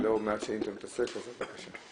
לא מעט שנים אתה מתעסק בזה, אז בבקשה.